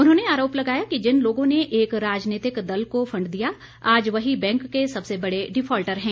उन्होंने आरोप लगाया कि जिन लोगों ने एक राजनीतिक दल को फंड दिया आज वही बैंक के सबसे बड़े डिफाल्टर हैं